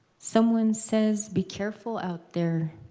someone says, be careful out there.